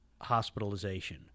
hospitalization